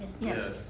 Yes